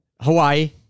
Hawaii